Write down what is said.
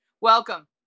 Welcome